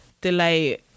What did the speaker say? delay